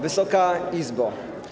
Wysoka Izbo!